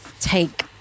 Take